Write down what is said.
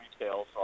retail